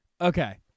Okay